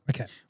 Okay